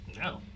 No